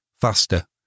faster